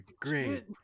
great